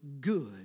good